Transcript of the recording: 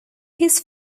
his